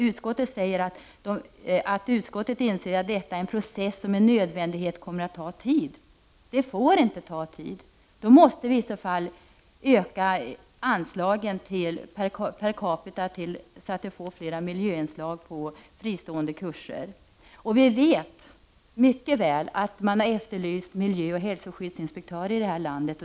Utskottet säger: ”Utskottet inser att detta är en process som med nödvändighet kommer att ta tid ———.” Det får inte ta tid! I så fall måste vi öka anslagen per capita så att vi får flera miljöinslag på fristående kurser. Vi vet mycket väl att det har efterlysts miljöoch hälsoskyddsinspektörer i det här landet.